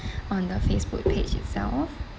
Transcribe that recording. on the facebook page itself